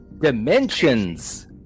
dimensions